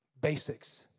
Basics